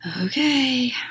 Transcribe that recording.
okay